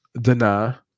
Dana